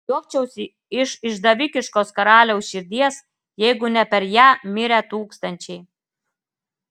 juokčiausi iš išdavikiškos karaliaus širdies jeigu ne per ją mirę tūkstančiai